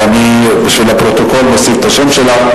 ואני, בשביל הפרוטוקול, מוסיף את השם שלך.